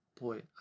Boy